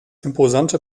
imposante